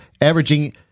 averaging